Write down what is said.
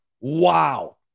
Wow